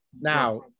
Now